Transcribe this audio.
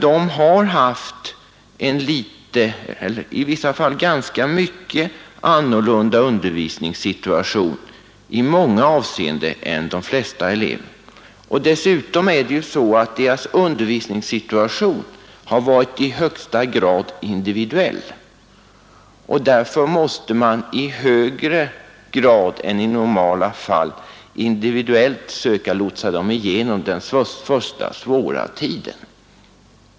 De har i många avseenden haft en helt annan undervisningssituation än de flesta andra elever. Dessutom har deras undervisningssituation varit i högsta grad individuell. Därför måste man mer än i normala fall försöka att individuellt lotsa dem igenom den första svåra tiden.